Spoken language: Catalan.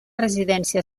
residència